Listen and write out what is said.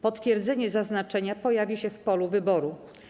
Potwierdzenie zaznaczenia pojawi się w polu wyboru.